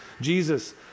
Jesus